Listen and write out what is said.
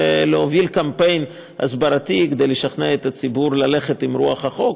ולהוביל קמפיין הסברתי כדי לשכנע את הציבור ללכת עם רוח החוק.